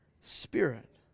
Spirit